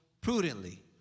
prudently